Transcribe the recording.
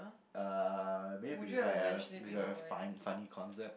uh maybe if it's a funny concept